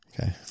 Okay